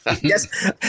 Yes